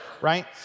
right